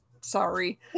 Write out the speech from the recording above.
sorry